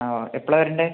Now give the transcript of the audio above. ആ ഓ എപ്പോളാണ് വരേണ്ടത്